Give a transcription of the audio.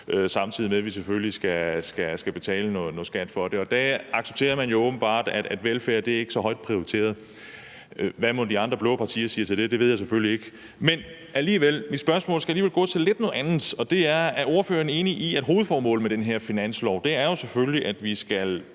samtidig med at vi selvfølgelig skal betale noget skat for det, og der accepterer man åbenbart, at velfærd ikke er så højt prioriteret. Hvad mon de andre blå partier siger til det? Det ved jeg selvfølgelig ikke. Men mit spørgsmål skal alligevel gå til noget lidt andet, og det er, om ordføreren er enig i, at hovedformålet med den her finanslov jo selvfølgelig er, at vi i